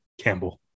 Campbell